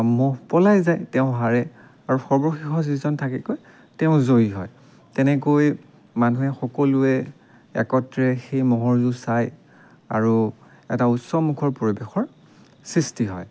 ম'হ পলাই যায় তেওঁ হাৰে আৰু সৰ্বশেষত যিজন থাকেগৈ তেওঁ জয়ী হয় তেনেকৈ মানুহে সকলোৱে একত্ৰে সেই ম'হৰ যুঁজ চাই আৰু এটা উৎসৱমুখৰ পৰিৱেশৰ সৃষ্টি হয়